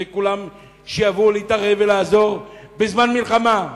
שכולם יבואו להתערב ולעזור בזמן מלחמה,